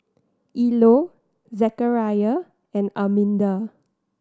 Ilo Zechariah and Arminda